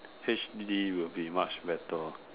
H_D will be much better